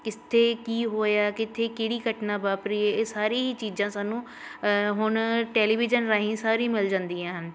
ਕਿੱਥੇ ਕੀ ਹੋਇਆ ਕਿੱਥੇ ਕਿਹੜੀ ਘਟਨਾ ਵਾਪਰੀ ਇਹ ਸਾਰੀ ਹੀ ਚੀਜ਼ਾਂ ਸਾਨੂੰ ਹੁਣ ਟੈਲੀਵਿਜ਼ਨ ਰਾਹੀਂ ਸਾਰੀ ਮਿਲ ਜਾਂਦੀਆਂ ਹਨ